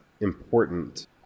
important